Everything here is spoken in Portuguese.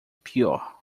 pior